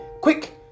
Quick